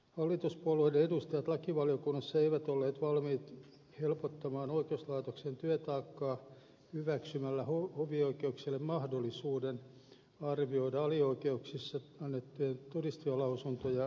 hallituspuolueiden edustajat lakivaliokunnassa eivät olleet valmiit helpottamaan oikeuslaitoksen työtaakkaa hyväksymällä hovioikeuksille mahdollisuuden arvioida alioikeuksissa annettuja todistajalausuntoja videotallenteiden perusteella